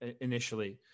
initially